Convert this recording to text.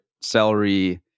celery